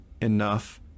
enough